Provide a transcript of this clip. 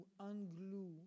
unglue